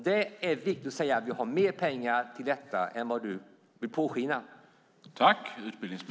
Det är viktigt att säga att vi har mer pengar till detta än vad du vill påskina.